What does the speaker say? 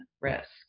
risk